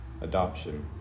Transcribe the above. adoption